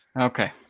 okay